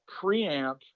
preamp